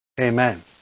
Amen